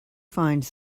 find